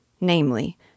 namely